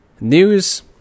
news